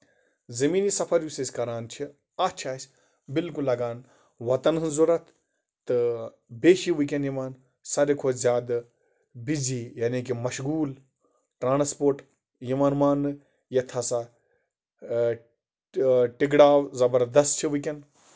زٔمیٖنی سَفر یُس أسۍ کران چھِ اَتھ چھِ اَسہِ بِلکُل لگان وَتن ہنز ضوٚرتھ تہٕ بیٚیہِ چھِ ؤنکیٚن یِوان ساروی کھۄتہٕ زیادٕ بِزی یعنی کہِ مَشغوٗل ٹرانَسپورٹ یِوان ماننہٕ یَتھ ہسا ٹِکڈاو زَبردست چھُ ؤنکیٚن